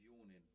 yawning